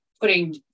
putting